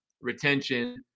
retention